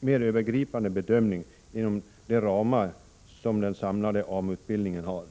mer övergripande bedömning inom de ramar som den samlade AMU utbildningen har.